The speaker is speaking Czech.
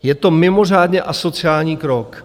Je to mimořádně asociální krok.